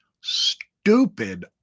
stupid